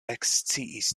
eksciis